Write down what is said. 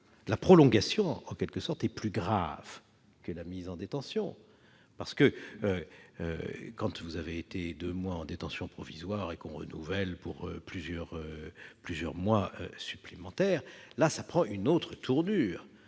la prolongation. Celle-ci, en quelque sorte, est plus grave que la mise en détention. En effet, quand vous avez été deux mois en détention provisoire et qu'on renouvelle celle-ci pour plusieurs mois supplémentaires, cette détention prend une autre tournure